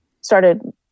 started